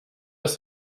ist